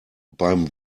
beim